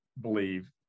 believe